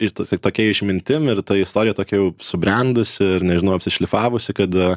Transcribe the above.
ir ta tokia išmintim ir ta istorija tokia jau subrendusi ir nežinau apsišlifavusi kad a